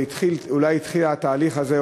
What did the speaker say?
ואולי התחילה את התהליך הזה,